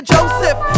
Joseph